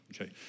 Okay